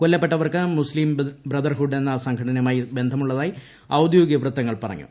കൊല്ലപ്പെട്ടവർക്ക് Muslim Brotherhood എന്ന സ്ട്ല്ടനയുമായി ബന്ധമുള്ളതായി ഔദ്യോഗിക വൃത്തങ്ങൾ പറഞ്ഞു